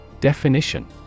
Definition